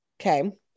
okay